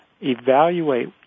evaluate